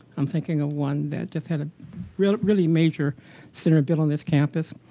i'm thinking of one that just had a really, really major center built on this campus.